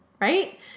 right